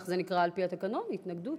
כך זה נקרא על-פי התקנון, התנגדות?